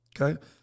Okay